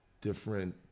different